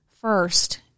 first